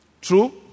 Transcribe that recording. True